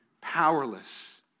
powerless